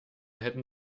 hätte